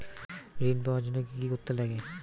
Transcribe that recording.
ঋণ পাওয়ার জন্য কি কি করতে লাগে?